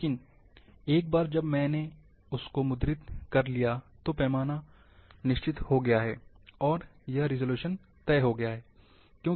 लेकिन एक बार जब मैं उसको मुद्रित कर लेता हूं तो पैमाना है निश्चित है और रिज़ॉल्यूशन तय हो गया है